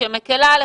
שמקלה עליכם.